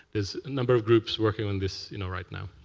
there's a number of groups working on this you know right now.